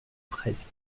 presque